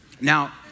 now